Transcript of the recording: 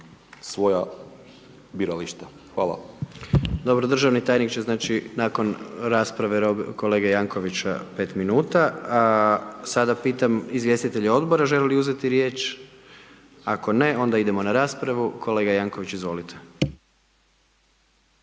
Gordan (HDZ)** Dobro državni tajnik će znači nakon rasprave kolege Jankovicsa 5 minuta. A sada pitam izvjestitelje odbora žele li uzeti riječ? Ako ne, onda idemo na raspravu. Kolega Jankovics izvolite.